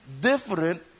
different